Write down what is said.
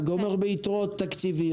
בן אדם גומר ביתרות תקציביות.